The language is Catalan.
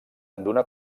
d’una